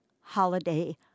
holiday